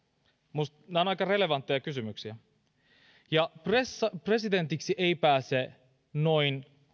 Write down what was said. nämä ovat aika relevantteja kysymyksiä presidentiksi ei pääse noin